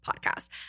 podcast